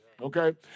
okay